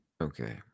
Okay